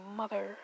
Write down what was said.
mother